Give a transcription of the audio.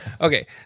Okay